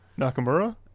Nakamura